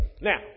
Now